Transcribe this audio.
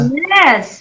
yes